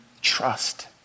trust